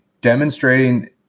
demonstrating